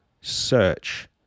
search